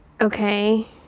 Okay